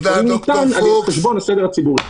ולפעמים ניתן על חשבון הסדר הציבורי.